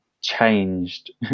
changed